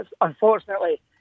Unfortunately